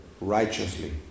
righteously